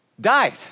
died